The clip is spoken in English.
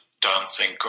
dancing